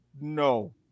no